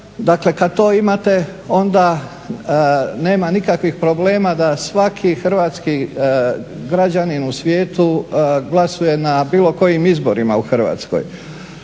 Dakle, kad to imate onda nema nikakvih problema da svaki hrvatski građanin u svijetu glasuje na bilo kojim izborima u Hrvatskoj.